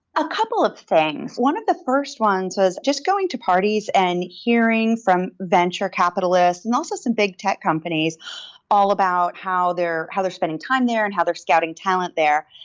a couple of things. one of the first ones was just going to parties and hearing from venture capitalists and also some big tech companies all about how they're how they're spending time there and how they're scouting talent there.